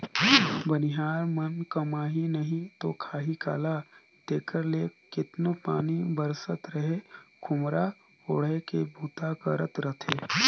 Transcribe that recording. बनिहार मन कमाही नही ता खाही काला तेकर ले केतनो पानी बरसत रहें खोम्हरा ओएढ़ के बूता करत रहथे